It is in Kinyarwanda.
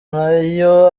nayo